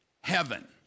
heaven